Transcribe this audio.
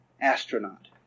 astronaut